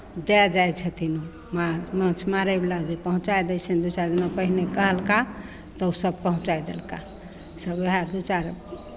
दए जाइ छथिन मा माछ मारयवला पहुँचाय दै छनि दू चारि दिना पहिने कहलका तऽ ओसभ पहुँचाय देलका सभ उएह दू चारि